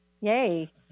yay